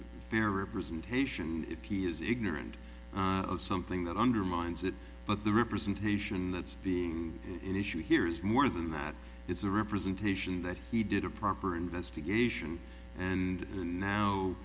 fair representation and if he is ignorant of something that undermines it but the representation that's being an issue here is more than that it's a representation that he did a proper investigation and